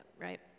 right